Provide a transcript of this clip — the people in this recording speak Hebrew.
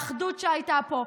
על האחדות שהייתה פה,